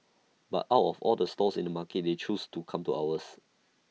but out of all the stalls in the market they chose to come to ours